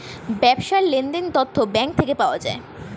ব্যবসার লেনদেনের তথ্য ব্যাঙ্ক থেকে পাওয়া যায়